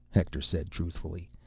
hector said truthfully.